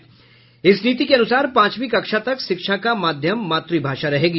इस शिक्षा नीति के अनुसार पांचवीं कक्षा तक शिक्षा का माध्यम मातुभाषा रहेगी